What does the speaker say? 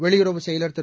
வெளியுறவுச் செயலர் திரு